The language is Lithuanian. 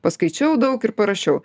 paskaičiau daug ir parašiau